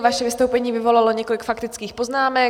Vaše vystoupení vyvolalo několik faktických poznámek.